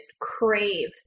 crave